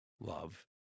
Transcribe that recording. Love